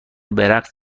برقص